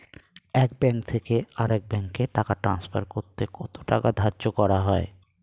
এক ব্যাংক থেকে আরেক ব্যাংকে টাকা টান্সফার করতে কত টাকা ধার্য করা হয়?